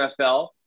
NFL